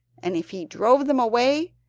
and if he drove them away,